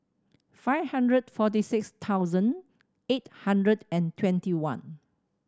five hundred forty six thousand eight hundred and twenty one